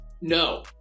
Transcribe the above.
no